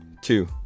two